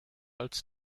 als